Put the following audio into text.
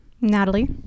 natalie